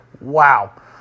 Wow